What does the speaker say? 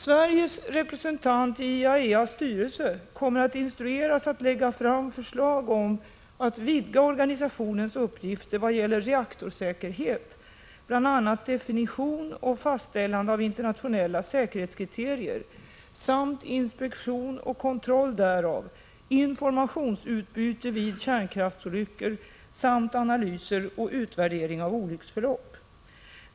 Sveriges representant i IAEA:s styrelse kommer att instrueras att lägga fram förslag om att vidga organisationens uppgifter vad gäller reaktorsäkerhet — bl.a. definition och fastställande av internationella säkerhetskriterier samt inspektion och kontroll därav, informationsutbyte vid kärnkraftsolyckor samt analyser och utvärderingar av olycksförlopp.